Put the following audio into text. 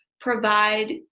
provide